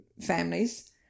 families